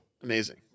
Amazing